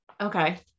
Okay